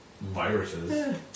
viruses